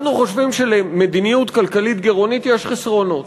אנחנו חושבים שלמדיניות כלכלית גירעונית יש חסרונות.